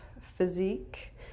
physique